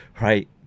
right